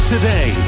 Today